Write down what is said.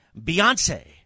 Beyonce